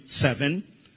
seven